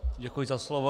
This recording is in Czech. Děkuji za slovo.